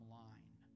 line